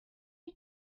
you